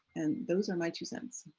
and those are my two cents